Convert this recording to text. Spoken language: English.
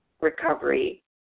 recovery